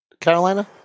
Carolina